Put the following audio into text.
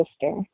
sister